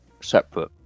separate